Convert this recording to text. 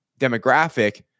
demographic